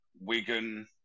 Wigan